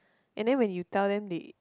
and then when you tell them they